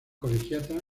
colegiata